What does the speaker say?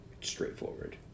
straightforward